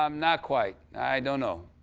um not quite. i don't know.